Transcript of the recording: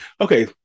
okay